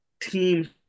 team